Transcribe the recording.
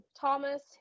thomas